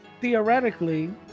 theoretically